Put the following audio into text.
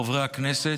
חברי הכנסת,